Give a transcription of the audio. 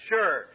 sure